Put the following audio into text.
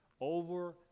Over